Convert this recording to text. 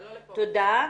תודה.